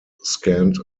scant